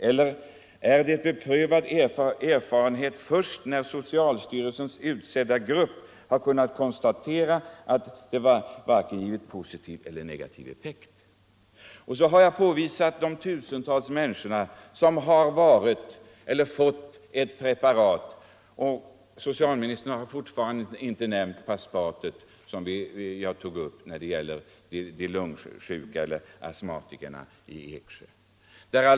Eller är det ”beprövad erfarenhet” först när den av socialstyrelsen utsedda gruppen har kunnat konstatera att medlet varken givit positiv eller negativ effekt? Socialministern har fortfarande inte nämnt preparatet Paspat som givits till lungsjuka och astmatiker i Eksjö.